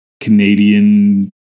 Canadian